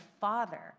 Father